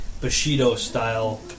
Bushido-style